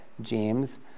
James